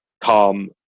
Calm